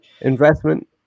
investment